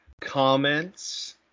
comments